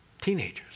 teenagers